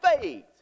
faith